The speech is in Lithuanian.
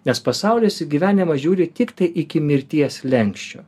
nes pasaulis į gyvenimą žiūri tiktai iki mirties slenksčio